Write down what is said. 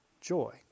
joy